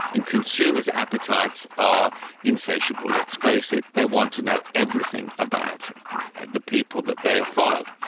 and consumers' appetites are insatiable, let's face it. they want to know everything about the people that they follow.